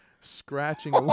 scratching